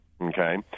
Okay